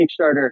Kickstarter